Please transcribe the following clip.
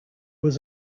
was